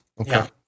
okay